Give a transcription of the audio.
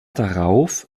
darauf